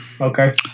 Okay